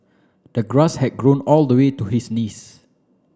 the grass had grown all the way to his knees